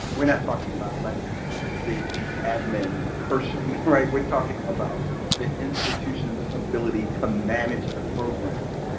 we're not talking about like the the admin person right. we're talking about the institution's ability to manage the program.